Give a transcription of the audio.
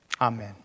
Amen